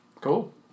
Cool